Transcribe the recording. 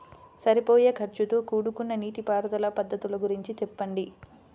సరిపోయే ఖర్చుతో కూడుకున్న నీటిపారుదల పద్ధతుల గురించి చెప్పండి?